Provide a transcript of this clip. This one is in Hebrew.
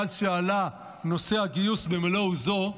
מאז שעלה נושא הגיוס במלוא עוזו,